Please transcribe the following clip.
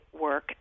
work